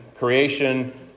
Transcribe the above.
creation